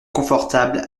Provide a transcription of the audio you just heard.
confortable